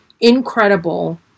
incredible